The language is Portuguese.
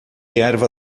erva